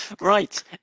Right